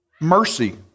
mercy